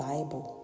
Bible